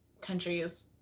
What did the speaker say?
countries